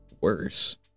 worse